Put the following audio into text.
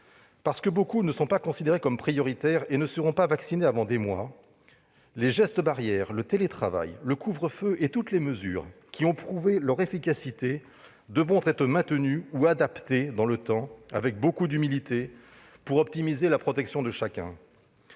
Parce que beaucoup ne sont pas considérés comme prioritaires et ne seront pas vaccinés avant des mois, les gestes barrières, le télétravail, le couvre-feu et toutes les mesures qui ont prouvé leur efficacité devront être maintenus ou adaptés dans le temps, avec beaucoup d'humilité, pour optimiser la protection de chacun.